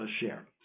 share